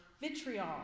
vitriol